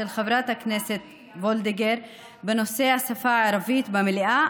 חברת הכנסת וולדיגר בנושא השפה הערבית במליאה,